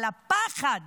אבל הפחד